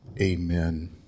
Amen